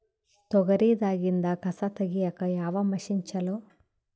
ತೊಗರಿ ದಾಗಿಂದ ಕಸಾ ತಗಿಯಕ ಯಾವ ಮಷಿನ್ ಚಲೋ?